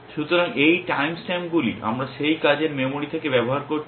সুতরাং এই টাইম স্ট্যাম্পগুলি আমরা সেই কাজের মেমরি থেকে ব্যবহার করছি